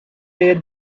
day